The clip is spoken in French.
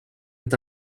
est